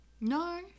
No